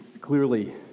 clearly